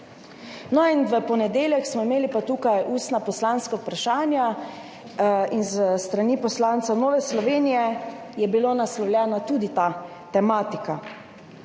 zakona. V ponedeljek smo imeli tukaj ustna poslanska vprašanja in s strani poslanca Nove Slovenije je bila naslovljena tudi ta tematika.